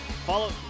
follow